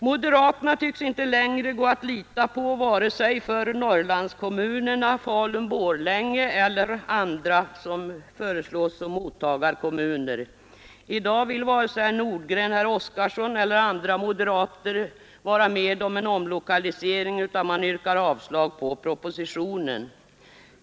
Moderaterna tycks inte längre gå att lita på vare sig för Norrlandskommunerna, Falun—Borlänge eller andra som föreslås som mottagarkommuner. I dag vill varken herr Nordgren, herr Oskarson eller andra moderater vara med om en omlokalisering utan man yrkar avslag på propositionen.